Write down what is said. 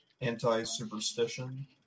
anti-superstition